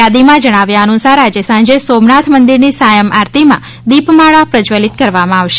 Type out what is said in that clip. યાદીમાં જણાવાયા અનુસાર આજે સાંજે સોમનાથ મંદિર ની સાયં આરતીમાં દીપમાળા પ્રશ્વલ્લીત કરવામાં આવશે